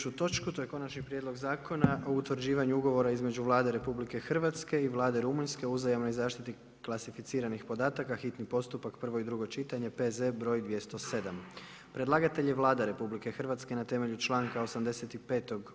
točku, to je: - Konačni prijedlog Zakona o utvrđivanju ugovora između Vlade Republike Hrvatske i Vlade Rumunjske o uzajamnoj zaštiti klasificiranih podataka, hitni postupak, prvo i drugo čitanje, P.Z. broj 207 Predlagatelj je Vlada RH na temelju članka 85.